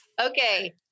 okay